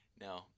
No